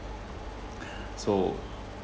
so